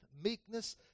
meekness